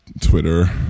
Twitter